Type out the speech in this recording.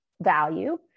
value